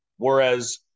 Whereas